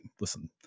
listen